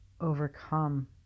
overcome